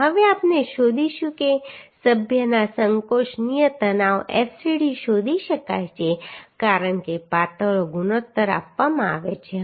હવે આપણે શોધીશું કે સભ્યના સંકોચનીય તણાવ fcd શોધી શકાય છે કારણ કે પાતળો ગુણોત્તર આપવામાં આવ્યો છે